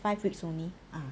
five weeks only ah